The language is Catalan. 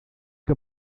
que